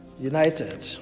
united